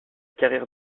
carrière